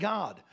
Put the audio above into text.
God